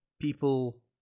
people